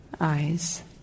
eyes